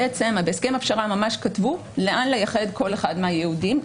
בעצם בהסכם הפשרה ממש כתבו לאן לייחד כל אחד מהייעודים.